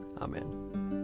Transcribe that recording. Amen